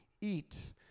eat